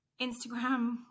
Instagram